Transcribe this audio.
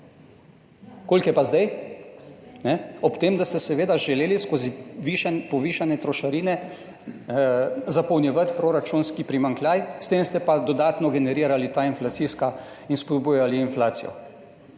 Koliko je pa zdaj? Ob tem, da ste seveda želeli skozi povišane trošarine zapolnjevati proračunski primanjkljaj, s tem ste pa dodatno generirali in spodbujali inflacijo.